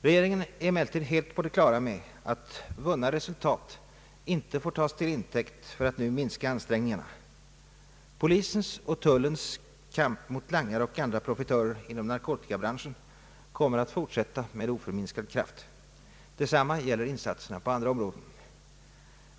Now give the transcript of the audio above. Regeringen är emellertid helt på det klara med att vunna resultat inte får tas till intäkt för att nu minska ansträngningarna. Polisens och tullens kamp mot langare och andra profitörer inom narkotikabranschen kommer att fortsätta med oförminskad kraft. Detsamma gäller insatserna på andra områden.